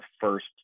first